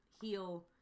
Heal